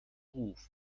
ruf